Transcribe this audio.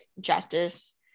justice